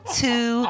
two